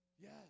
Yes